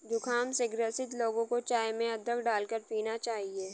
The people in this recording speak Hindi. जुखाम से ग्रसित लोगों को चाय में अदरक डालकर पीना चाहिए